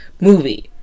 movie